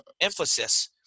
emphasis